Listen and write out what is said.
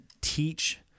teach